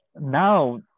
now